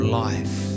life